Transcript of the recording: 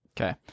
okay